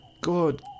Good